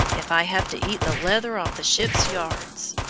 if i have to eat the leather off the ship's yards.